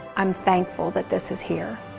i'm thankful that this is here.